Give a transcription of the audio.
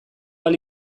ahal